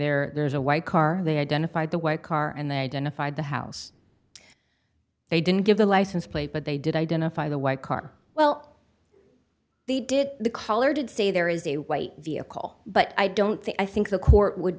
there there is a white car they identified the white car and they identified the house they didn't give the license plate but they did identify the white car well they did the color did say there is a white vehicle but i don't think i think the court would